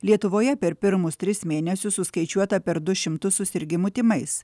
lietuvoje per pirmus tris mėnesius suskaičiuota per du šimtus susirgimų tymais